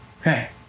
Okay